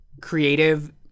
creative